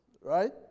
right